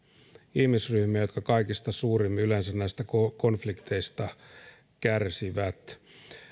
ihmisryhmiä jotka kaikista suurimmin yleensä näistä konflikteista kärsivät